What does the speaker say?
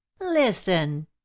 Listen